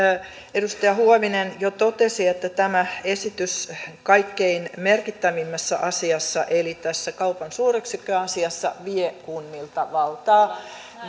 edustaja huovinen jo totesi että tämä esitys kaikkein merkittävimmässä asiassa eli tässä kaupan suuryksikköasiassa vie kunnilta valtaa